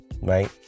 right